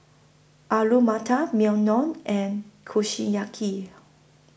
Alu Matar Naengmyeon and Kushiyaki